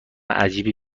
عجیبی